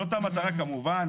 כמובן.